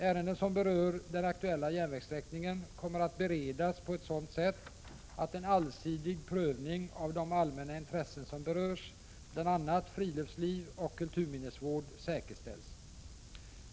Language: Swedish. Ärenden som berör den aktuella järnvägssträckningen kommer att beredas på ett sådant sätt att en allsidig prövning av de allmänna intressen som berörs, bl.a. friluftsliv och kulturminnesvård, säkerställs.